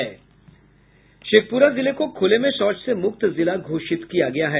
शेखप्ररा जिले को खुले में शौच से मुक्त जिला घोषित किया गया है